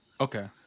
Okay